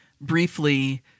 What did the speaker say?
briefly